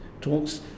talks